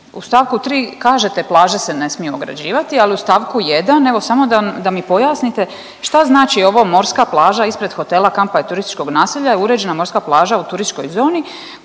u st. 3. kažete plaže se ne smiju ograđivati, ali u st. 1. evo samo da mi pojasnite šta znači ovo morska plaža ispred hotela, kampa i turističkog naselja je uređena morska plaža u turističkoj zoni